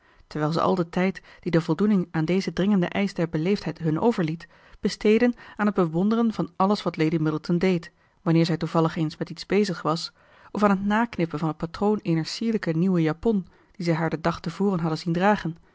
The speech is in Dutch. terwijl ze al den tijd dien de voldoening aan dezen dringenden eisch der beleefdheid hun overliet besteedden aan het bewonderen van alles wat lady middleton deed wanneer zij toevallig eens met iets bezig was of aan het naknippen van het patroon eener sierlijke nieuwe japon die zij haar den dag te voren hadden zien dragen